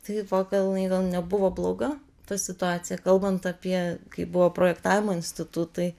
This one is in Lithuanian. tai va gal jinai gal nebuvo bloga ta situacija kalbant apie kai buvo projektavimo institutai